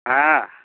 ହାଁ